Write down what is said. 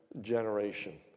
generation